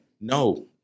No